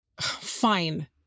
Fine